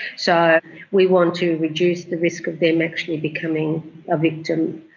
so we want to reduce the risk of them actually becoming a victim.